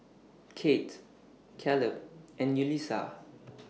Kate Caleb and Yulisa